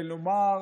שנאמר,